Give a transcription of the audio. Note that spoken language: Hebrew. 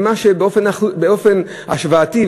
באופן השוואתי,